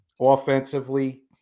Offensively